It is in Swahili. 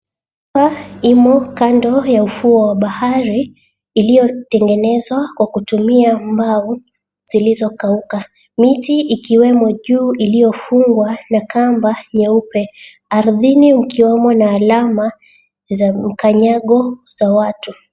Imo kando mwa ufuo wa bahari iliyotengenezwa kwa kutumia mbao zilizokauka, miti ikiwemo juu iliyofungwa na kamba nyeupe, ardhini mkiwemo na alama za mkanyago za watu.